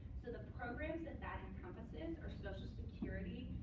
so the programs that that encompasses are social security,